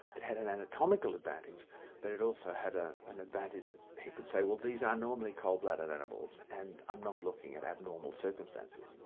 it had an anatomical advantage but it also had ah an advantage that he could say, well these are normally cold-blooded animals, and i'm not looking at abnormal circumstances.